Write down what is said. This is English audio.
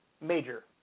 major